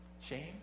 Shame